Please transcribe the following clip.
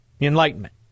enlightenment